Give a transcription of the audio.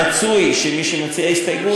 רצוי שמי שמציע הסתייגות,